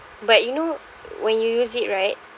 but you know when you use it right